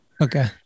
Okay